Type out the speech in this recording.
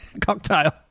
cocktail